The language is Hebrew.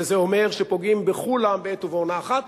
שזה אומר שפוגעים בכולם בעת ובעונה אחת,